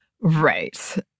Right